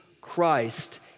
Christ